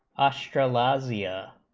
austral ozzie a